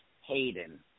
Hayden